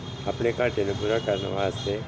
ਆਪਣੇ ਘਾਟੇ ਨੂੰ ਪੂਰਾ ਕਰਨ ਵਾਸਤੇ